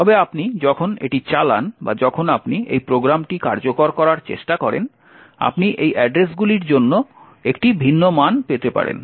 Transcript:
তবে আপনি যখন এটি চালান বা যখন আপনি এই প্রোগ্রামটি কার্যকর করার চেষ্টা করেন আপনি এই অ্যাড্রেসগুলির জন্য একটি ভিন্ন মান পেতে পারেন